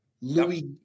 Louis